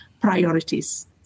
priorities